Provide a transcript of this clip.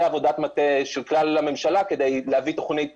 עבודת מטה של כלל הממשלה כדי להביא תוכנית